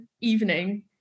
evening